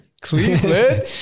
Cleveland